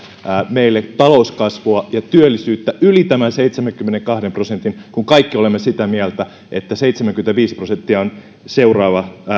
meille talouskasvua ja työllisyyttä yli tämän seitsemänkymmenenkahden prosentin kun kaikki olemme sitä mieltä että seitsemänkymmentäviisi prosenttia on seuraava